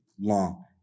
long